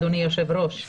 אדוני היושב-ראש.